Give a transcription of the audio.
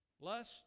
Lust